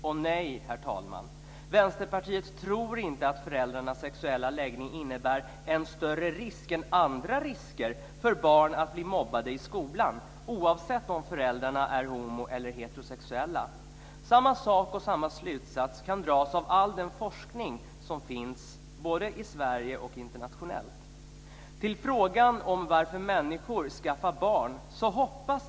Och nej, herr talman, Vänsterpartiet tror inte att föräldrarnas sexuella läggning innebär en större risk än andra risker för barn att bli mobbade i skolan, oavsett om föräldrarna är homo eller heterosexuella. Samma sak och samma slutsats kan dras av all den forskning som finns både i Sverige och internationellt. Så till frågan om varför människor skaffar barn.